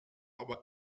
aber